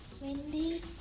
Wendy